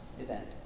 event